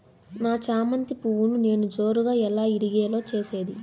నా చామంతి పువ్వును నేను జోరుగా ఎలా ఇడిగే లో చేసేది?